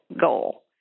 goal